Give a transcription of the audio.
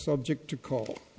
subject to call